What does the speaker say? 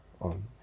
on